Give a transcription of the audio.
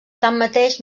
tanmateix